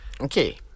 Okay